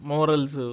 Morals